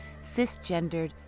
cisgendered